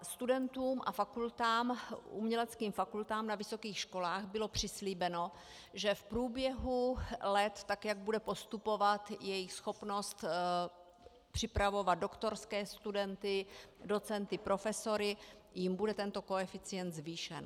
Studentům a uměleckým fakultám na vysokých školách bylo přislíbeno, že v průběhu let, tak jak bude postupovat jejich schopnost připravovat doktorské studenty, docenty, profesory, jim bude tento koeficient zvýšen.